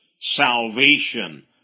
salvation